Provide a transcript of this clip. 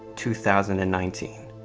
two thousand and nineteen.